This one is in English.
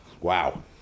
Wow